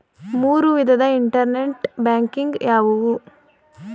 ಮೂರು ವಿಧದ internet banking ಯಾವುವು?